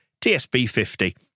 TSB50